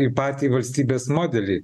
į patį valstybės modelį